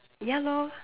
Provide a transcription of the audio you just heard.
ya lor